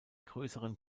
größeren